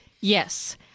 Yes